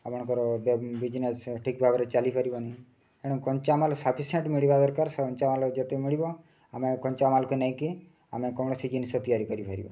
ଆପଣଙ୍କର ବିଜ୍ନେସ୍ ଠିକ୍ ଭାବରେ ଚାଲିପାରିବନି ତେଣୁ କଞ୍ଚାମାଲ ସଫିସିଏଣ୍ଟ୍ ମିଳିବା ଦରକାର କଞ୍ଚାମାଲ ଯେତେ ମିଳିବ ଆମେ କଞ୍ଚାମାଲକୁ ନେଇକି ଆମେ କୌଣସି ଜିନିଷ ତିଆରି କରିପାରିବା